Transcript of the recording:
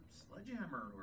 sledgehammer